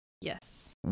Yes